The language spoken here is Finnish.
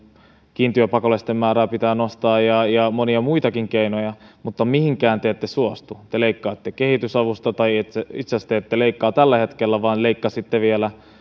kiintiöpakolaisten määrää pitää nostaa ja on monia muitakin keinoja mutta mihinkään te ette suostu te leikkaatte kehitysavusta tai itse asiassa te ette leikkaa tällä hetkellä vaan leikkasitte vielä